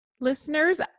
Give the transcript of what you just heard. listeners